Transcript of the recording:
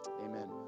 amen